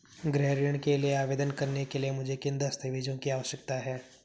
गृह ऋण के लिए आवेदन करने के लिए मुझे किन दस्तावेज़ों की आवश्यकता है?